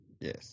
Yes